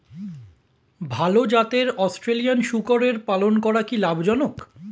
ভাল জাতের অস্ট্রেলিয়ান শূকরের পালন করা কী লাভ জনক?